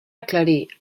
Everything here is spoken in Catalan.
aclarir